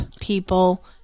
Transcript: people